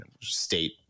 state